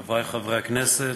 תודה, חברי חברי הכנסת,